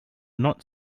not